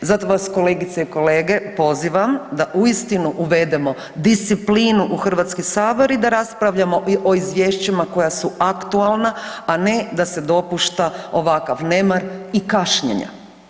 Zato vas kolegice i kolege pozivam da uistinu uvedemo disciplinu u Hrvatski sabor i da raspravljamo o izvješćima koja su aktualna a ne da se dopušta ovakav nemar i kašnjenje.